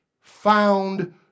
found